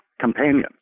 companion